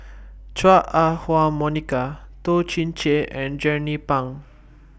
Chua Ah Huwa Monica Toh Chin Chye and Jernnine Pang